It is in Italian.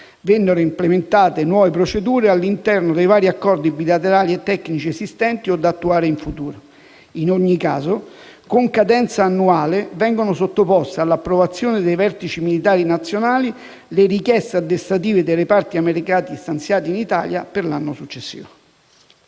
vennero implementate nuove procedure all'interno dei vari accordi bilaterali e tecnici esistenti o da attuare in futuro. In ogni caso, con cadenza annuale, vengono sottoposte all'approvazione dei vertici militari nazionali le richieste addestrative dei reparti americani stanziati in Italia per l'anno successivo.